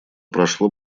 прошло